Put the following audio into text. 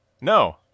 No